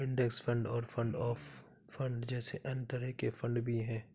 index fund और fund of fund जैसे अन्य तरह के फण्ड भी हैं